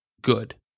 good